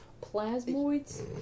Plasmoids